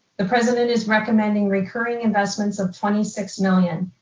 the president is recommending recurring investments of twenty six million.